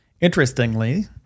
Interestingly